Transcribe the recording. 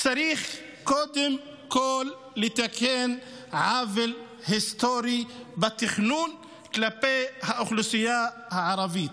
צריך קודם כול לתקן עוול היסטורי בתכנון כלפי האוכלוסייה הערבית.